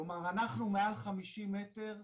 כלומר, אנחנו מעל חמישים מטר,